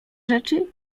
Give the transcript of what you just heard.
rzeczy